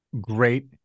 great